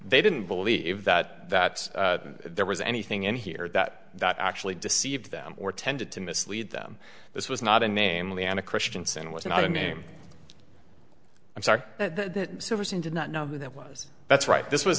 they didn't believe that that there was anything in here that that actually deceived them or tended to mislead them this was not a namely an a christianson was not a name i'm sorry that silverstein did not know who that was that's right this was